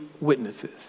witnesses